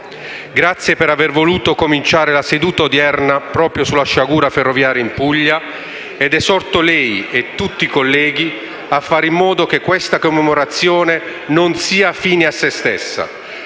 Ringrazio per aver voluto cominciare la seduta odierna proprio con la sciagura ferroviaria avvenuta in Puglia ed esorto lei, Presidente, e tutti i colleghi a fare in modo che questa commemorazione non sia fine a se stessa,